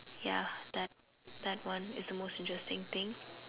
ya that that one is the most interesting thing